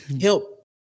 help